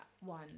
one